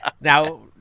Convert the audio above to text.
Now